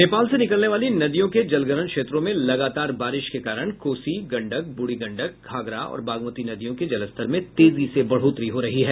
नेपाल से निकलने वाली नदियों के जलग्रहण क्षेत्रों में लगातार हो रही बारिश के कारण कोसी गंडक ब्रूढ़ी गंडक घाघरा और बागमती नदियों के जलस्तर में तेजी से बढ़ोतरी हो रही है